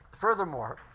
Furthermore